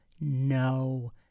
no